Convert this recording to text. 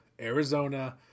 Arizona